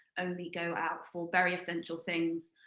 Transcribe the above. only go out for very essential things.